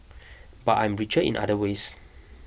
but I'm richer in other ways